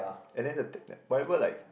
and then the whatever like